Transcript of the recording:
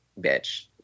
bitch